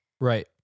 Right